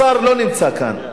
השר לא נמצא כאן.